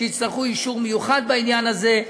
שיצטרכו אישור מיוחד בעניין הזה,